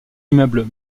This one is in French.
immeubles